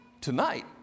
tonight